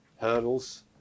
hurdles